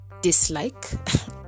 dislike